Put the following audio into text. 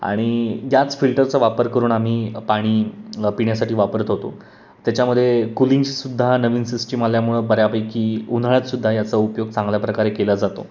आणि याच फिल्टरचा वापर करून आम्ही पाणी पिण्यासाठी वापरत होतो त्याच्यामध्ये कुलिंगची सुद्धा नवीन सिस्टीम आल्यामुळं बऱ्यापैकी उन्हाळ्यातसुद्धा याचा उपयोग चांगल्या प्रकारे केला जातो